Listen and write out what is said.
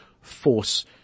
force